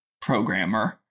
programmer